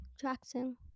Jackson